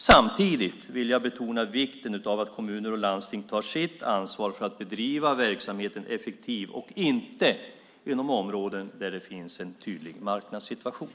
Samtidigt vill jag betona vikten av att kommuner och landsting tar sitt ansvar för att bedriva verksamheten effektivt och inte inom områden där det finns en tydlig marknadssituation.